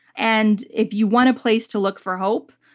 and if you want a place to look for hope,